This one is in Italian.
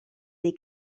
dei